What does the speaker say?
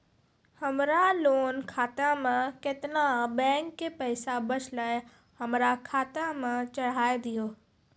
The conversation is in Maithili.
हमरा लोन खाता मे केतना बैंक के पैसा बचलै हमरा खाता मे चढ़ाय दिहो?